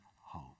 hope